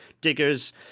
diggers